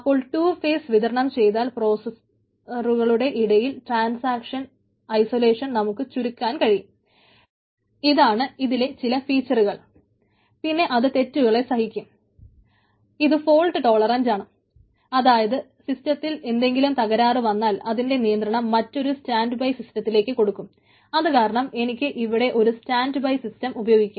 അപ്പോൾ two phase ഉപയോഗിക്കാം